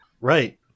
Right